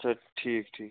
اچھا ٹھیٖک ٹھیٖک